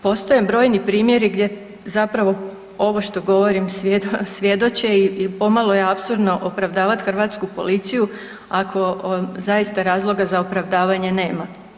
Postoje brojni primjeri gdje zapravo ovo što govorim svjedoče i pomalo je apsurdno opravdavat hrvatsku policiju ako zaista razloga za opravdavanje nema.